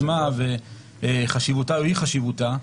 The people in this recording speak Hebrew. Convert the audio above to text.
וחשיבותה או אי חשיבותה,